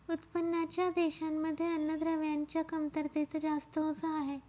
उत्पन्नाच्या देशांमध्ये अन्नद्रव्यांच्या कमतरतेच जास्त ओझ आहे